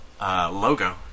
logo